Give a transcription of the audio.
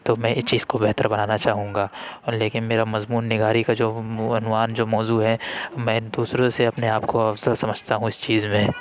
تو میں اس چیز کو بہتر بنانا چاہوں گا اور لیکن میرا مضمون نگاری کا جو عنوان جو موضوع ہے میں دوسروں سے اپنے آپ کو افضل سمجھتا ہوں اس چیز میں